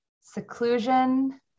Seclusion